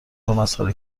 مسخره